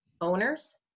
owners